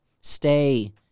stay—